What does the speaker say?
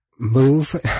move